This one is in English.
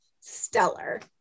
stellar